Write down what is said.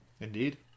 Indeed